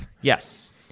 Yes